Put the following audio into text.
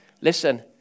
Listen